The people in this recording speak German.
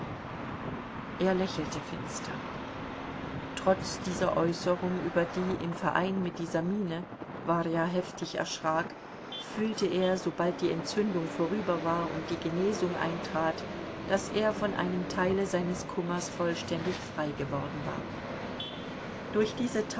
er lächelte finster trotz dieser äußerung über die im verein mit dieser miene warja heftig erschrak fühlte er sobald die entzündung vorüber war und die genesung eintrat daß er von einem teile seines kummers vollständig frei geworden war durch diese